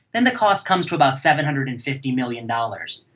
then the cost comes to about seven hundred and fifty million dollars.